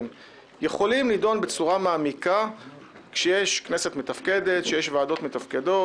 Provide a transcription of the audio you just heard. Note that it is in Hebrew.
יכולים להידון בצורה מעמיקה כשיש כנסת מתפקדת וכשיש ועדות מתפקדות,